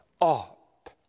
up